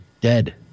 dead